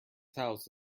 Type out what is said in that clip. house